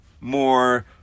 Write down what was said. more